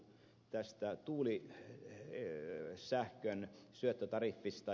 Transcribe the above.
kumpula natri puhui tästä tuulisähkön syöttötariffista